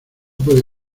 puede